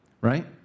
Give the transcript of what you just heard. right